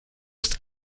ist